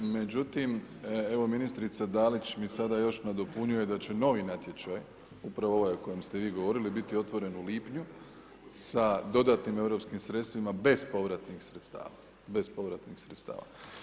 Međutim, evo ministrica Dalić mi sada još nadopunjuje da će novi natječaj, upravo ovaj o kojem ste vi govorili biti otvoren u lipnju sa dodatnim europskim sredstvima bespovratnih sredstava.